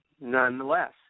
nonetheless